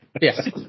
Yes